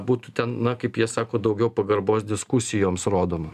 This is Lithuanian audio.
būtų ten na kaip jie sako daugiau pagarbos diskusijoms rodoma